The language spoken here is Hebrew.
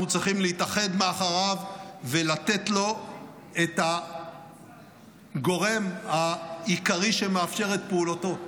אנחנו צריכים להתאחד מאחוריו ולתת לו את הגורם העיקרי שמאפשר את פעולתו,